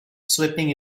sweeping